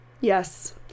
Yes